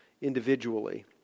individually